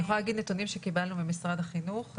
אני יכולה להגיד נתונים שקיבלנו ממשרד החינוך.